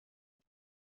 verbunden